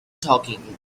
talking